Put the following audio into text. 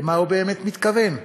למה הוא באמת מתכוון?